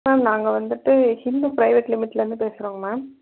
ma'am நாங்கள் வந்துட்டு Hindu private லிமிட்லேருந்து பேசுகிறோங்க மேம்